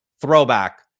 throwback